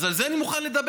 אז על זה אני מוכן לדבר,